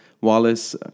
Wallace